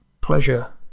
pleasure